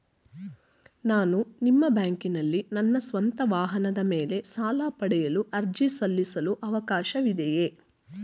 ನಾನು ನಿಮ್ಮ ಬ್ಯಾಂಕಿನಲ್ಲಿ ನನ್ನ ಸ್ವಂತ ವಾಹನದ ಮೇಲೆ ಸಾಲ ಪಡೆಯಲು ಅರ್ಜಿ ಸಲ್ಲಿಸಲು ಅವಕಾಶವಿದೆಯೇ?